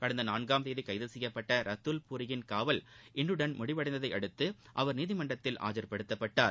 கடந்த நான்காம் தேதி கைது செய்யப்பட்ட ரத்துல் பூரியின் காவல் இன்றுடன் முடிவடைந்ததையடுத்து அவர் நீதிமன்றத்தில் ஆஜர்படுத்தப்பட்டார்